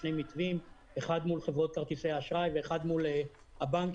שני מתווים האחד מול חברות כרטיסי האשראי ואחד מול הבנקים